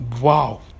wow